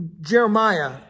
Jeremiah